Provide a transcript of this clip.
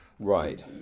Right